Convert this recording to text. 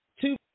two